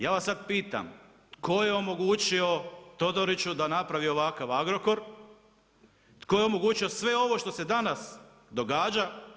Ja vas sad pitam tko je omogućio Todoriću da napravi ovakav Agrokor, tko je omogućio sve ovo što se danas događa?